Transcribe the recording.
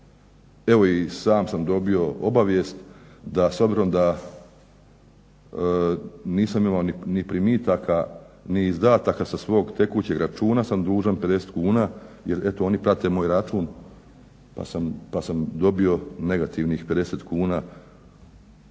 Evo i sam sam dobio obavijest da s obzirom da nisam imao ni primitaka, ni izdataka sa svog tekućeg računa sam dužan 50 kuna jer eto oni prate moj račun pa sam dobio negativnih 50 kuna